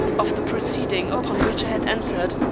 of the proceeding upon which i had entered,